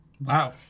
Wow